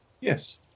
Yes